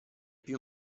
più